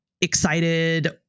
excited